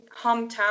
hometown